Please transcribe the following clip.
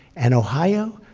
and ohio,